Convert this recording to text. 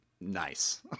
nice